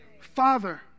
Father